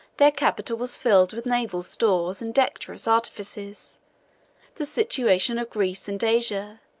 their capital was filled with naval stores and dexterous artificers the situation of greece and asia,